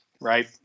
Right